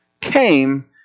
came